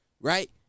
right